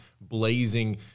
blazing